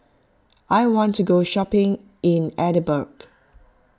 I want to go shopping in Edinburgh